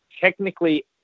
Technically